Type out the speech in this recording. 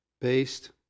based